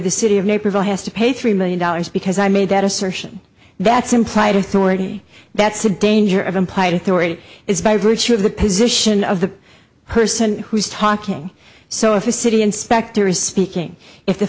the city of naperville has to pay three million dollars because i made that assertion that's implied authority that's a danger of implied authority is by virtue of the position of the person who's talking so if a city inspector is speaking if the